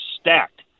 stacked